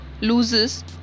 loses